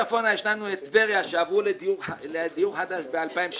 יותר צפונה יש לנו את טבריה שעברו לדיור חדש ב-2016,